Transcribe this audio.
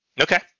Okay